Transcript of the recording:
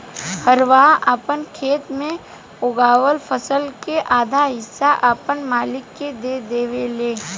हरवाह आपन खेत मे उगावल फसल के आधा हिस्सा आपन मालिक के देवेले